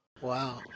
Wow